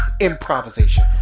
improvisation